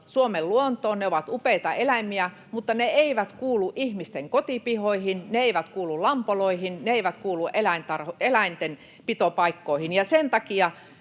Suomen luontoon, ne ovat upeita eläimiä, mutta ne eivät kuulu ihmisten kotipihoihin, ne eivät kuulu lampoloihin, ne eivät kuulu eläinten pitopaikkoihin. Sen takia